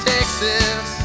Texas